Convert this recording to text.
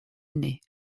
année